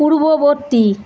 পূর্ববর্তী